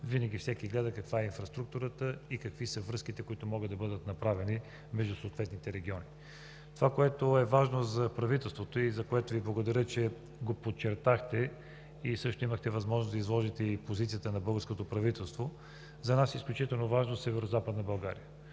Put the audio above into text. места, всеки гледа каква е инфраструктурата и какви са връзките, които могат да бъдат направени между съответните региони. Това, което е изключително важно за нас и Ви благодаря, че го подчертахте, а също имахте възможност да изложите и позицията на българското правителство, това е Северозападна България